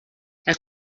les